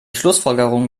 schlussfolgerung